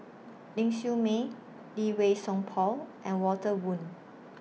Ling Siew May Lee Wei Song Paul and Walter Woon